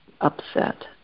upset